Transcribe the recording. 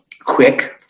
quick